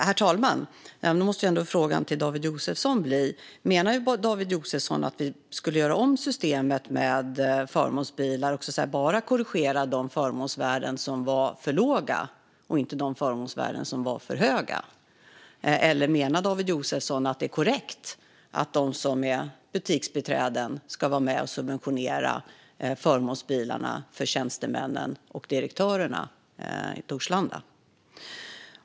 Herr talman! Då måste ändå frågan till David Josefsson bli: Menar David Josefsson att vi skulle göra om systemet med förmånsbilar och bara korrigera de förmånsvärden som var för låga och inte dem som var för höga? Eller menar David Josefsson att det är korrekt att de som är butiksbiträden ska vara med och subventionera förmånsbilarna för tjänstemännen och direktörerna i Torslanda?